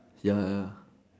ya ya